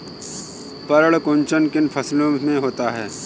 पर्ण कुंचन किन फसलों में होता है?